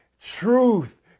Truth